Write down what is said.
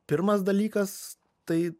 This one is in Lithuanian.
pirmas dalykas tai